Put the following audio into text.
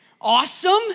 awesome